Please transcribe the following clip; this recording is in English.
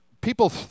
People